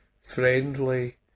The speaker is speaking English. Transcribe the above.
friendly